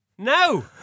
No